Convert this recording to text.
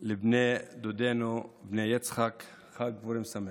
לבני דודינו בני יצחק חג פורים שמח.